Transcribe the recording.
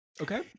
Okay